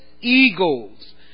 eagles